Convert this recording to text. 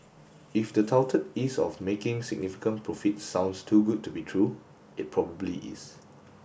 if the touted ease of making significant profits sounds too good to be true it probably is